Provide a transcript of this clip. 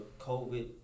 COVID